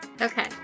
Okay